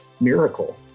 miracle